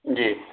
جی